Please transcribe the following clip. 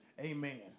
Amen